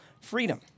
freedom